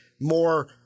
more